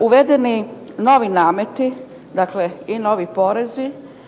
Uvedeni novi nameti, dakle i novi porezi,